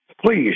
please